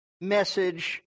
message